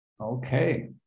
Okay